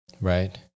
right